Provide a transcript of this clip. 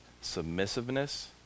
submissiveness